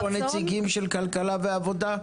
יש פה נציגים של משרד הכלכלה ומשרד העבודה?